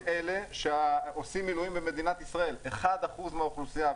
הם אלה שעושים מילואים במדינת ישראל 1% מהאוכלוסייה,